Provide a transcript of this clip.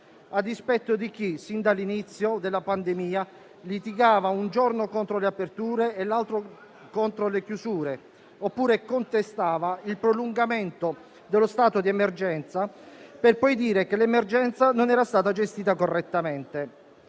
a dispetto di chi, sin dall'inizio della pandemia, litigava un giorno contro le aperture e l'altro contro le chiusure, oppure contestava il prolungamento dello stato di emergenza per poi dire che l'emergenza non era stata gestita correttamente.